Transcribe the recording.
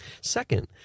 second